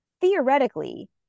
Theoretically